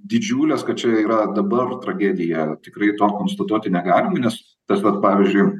didžiulės kad čia yra dabar tragedija tikrai to konstatuoti negalim nes tas vat pavyzdžiui